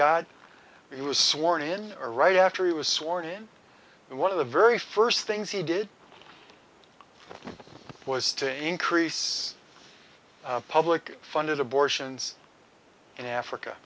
got he was sworn in or right after he was sworn in and one of the very first things he did was to increase public funded abortions in africa